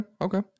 okay